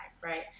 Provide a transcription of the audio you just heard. right